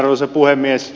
arvoisa puhemies